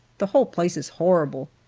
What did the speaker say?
the whole place is horrible,